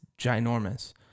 ginormous